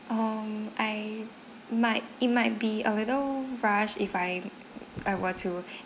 um I might it might be a little rush if I I were to